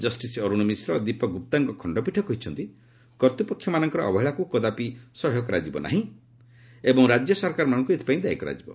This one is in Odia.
କଷ୍ଟିସ୍ ଅରୁଣ ମିଶ୍ର ଓ ଦୀପକ ଗୁପ୍ତାଙ୍କ ଖଶ୍ଚପୀଠ କହିଛନ୍ତି କର୍ତ୍ତୃପକ୍ଷମାନଙ୍କର ଅବହେଳାକୁ କଦାପି ସହ୍ୟ କରାଯିବ ନାହିଁ ଏବଂ ରାଜ୍ୟ ସରକାରମାନଙ୍କୁ ଏଥିପାଇଁ ଦାୟୀ କରାଯିବ